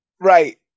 right